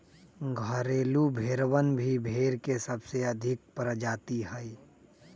घरेलू भेड़वन भी भेड़ के सबसे अधिक प्रजाति हई